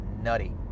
nutty